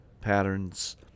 patterns